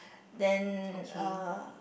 then uh